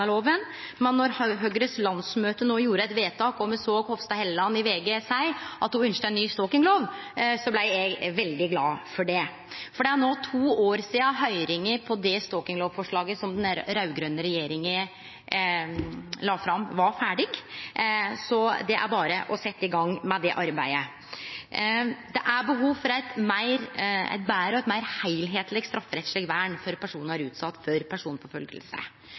lova, men då Høgres landsmøte nyleg gjorde eit vedtak og me såg Hofstad Helleland i VG seie at ho ønskte ei ny stalkinglov, blei eg veldig glad for det, for det er no to år sidan høyringa på det stalkinglovforslaget som den raud-grøne regjeringa la fram, var ferdig, så det er berre å setje i gang med det arbeidet. Det er behov for eit betre og meir heilskapleg strafferettsleg vern for personar som er utsette for